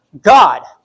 God